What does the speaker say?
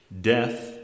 death